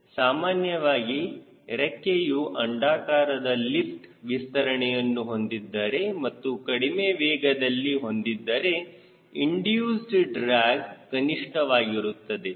ಸಾಮಾನ್ಯವಾಗಿ ರೆಕ್ಕೆಯು ಅಂಡಾಕಾರದಲ್ಲಿ ಲಿಫ್ಟ್ ವಿಸ್ತರಣೆಯನ್ನು ಹೊಂದಿದ್ದರೆ ಮತ್ತು ಕಡಿಮೆ ವೇಗದಲ್ಲಿ ಹೊಂದಿದ್ದರೆ ಇಂಡಿಯೂಸ್ ಡ್ರ್ಯಾಗ್ ಕನಿಷ್ಠವಾಗಿರುತ್ತದೆ